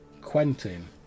Quentin